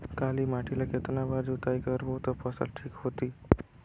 काली माटी ला कतना बार जुताई करबो ता फसल ठीक होती?